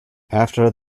after